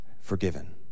forgiven